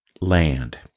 land